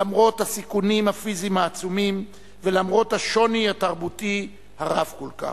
למרות הסיכונים הפיזיים העצומים ולמרות השוני התרבותי הרב כל כך.